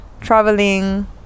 traveling